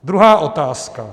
Druhá otázka.